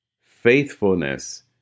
faithfulness